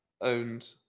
Owned